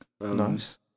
Nice